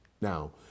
Now